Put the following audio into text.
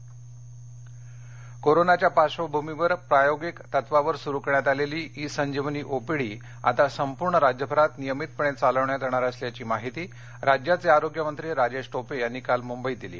E Sanjeevani कोरोनाच्या पार्श्वभूमीवर प्रायोगित तत्वावर सुरू करण्यात आलेली ई संजीवनी ओपीडी आता संपूर्ण राज्यभरात नियमितपणे चालविण्यात येणार असल्याची माहिती राज्याचे आरोग्य मंत्री राजेश टोपे यांनी काल मुंबईत दिली